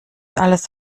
alles